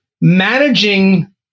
managing